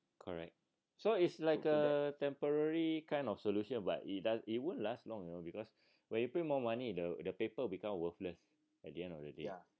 correct so it's like a temporary kind of solution but he does it won't last long you know because when you print more money the the paper become worthless at the end of the day